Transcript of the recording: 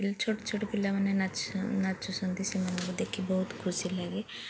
ଛୋଟ ଛୋଟ ପିଲାମାନେ ନାଚୁଛନ୍ତି ସେମାନଙ୍କୁ ଦେଖି ବହୁତ ଖୁସି ଲାଗେ